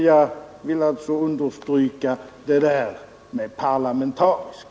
Jag vill alltså understryka det där med ”parlamentariskt”.